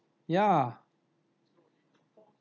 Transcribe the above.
ya